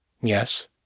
Yes